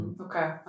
Okay